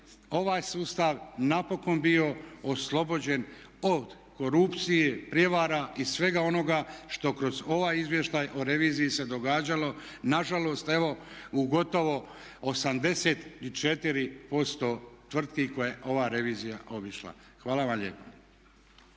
ovaj sustav napokon bio oslobođen od korupcije, prijevara i svega onoga što kroz ovaj izvještaj o reviziji se događalo. Nažalost evo u gotovo 84% tvrtki koje je ova revizija obišla. Hvala vam lijepa.